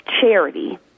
charity